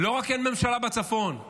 לא רק בצפון אין ממשלה,